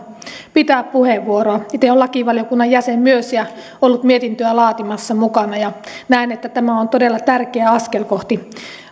pitää puheenvuoroa itse olen lakivaliokunnan jäsen myös ja ollut mukana mietintöä laatimassa ja näen että tämä on on todella tärkeä askel kohti